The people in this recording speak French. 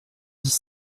dix